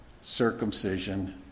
Circumcision